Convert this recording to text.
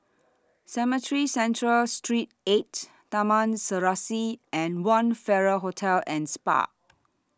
Cemetry Central Street eight Taman Serasi and one Farrer Hotel and Spa